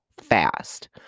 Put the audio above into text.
fast